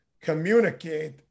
communicate